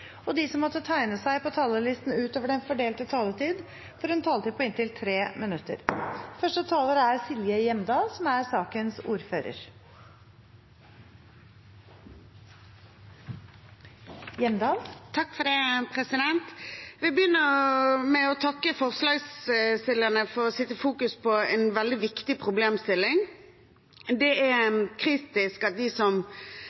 og de som måtte tegne seg på talerlisten utover den fordelte taletid, får en taletid på inntil 3 minutter. Jeg vil begynne med å takke forslagsstillerne for at de setter en viktig problemstilling i fokus. Det er kritisk at de som trenger krisesentertilbud, blir møtt på en